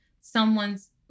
someone's